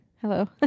Hello